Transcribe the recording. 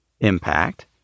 impact